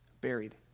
buried